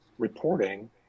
reporting